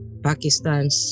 Pakistans